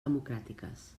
democràtiques